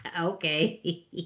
Okay